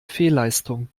fehlleistung